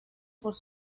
por